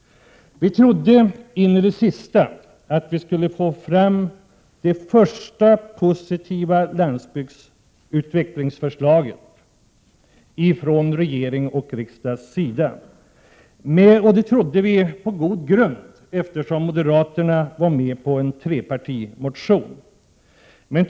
Vi trodde in i det sista att det första positiva landsbygdsutvecklingsförslaget skulle läggas fram av regering och riksdag — vi trodde det på god grund, eftersom moderaterna var med om en trepartimotion.